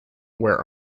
wear